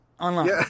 online